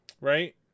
Right